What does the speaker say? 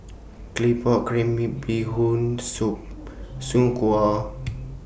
Claypot Crab Bee Hoon Soup Soon Kway